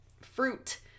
fruit